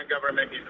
government